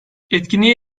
etkinliğe